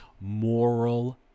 moral